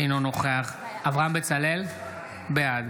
בעד